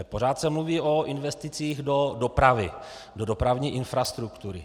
Pořád se mluví o investicích do dopravy, do dopravní infrastruktury.